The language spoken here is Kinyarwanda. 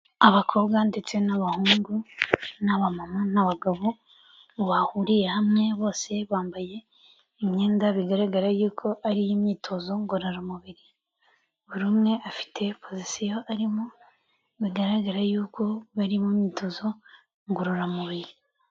Abakobwa ndetse n'abahungu n'abamama n'abagabo, bahuriye hamwe bose bambaye imyenda bigaragara y'uko ari iy'imyitozo ngororamubiri, buri umwe afite pozisiyo arimo bigaragara y'uko bari mu myitozo ngororamubiri.